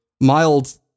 mild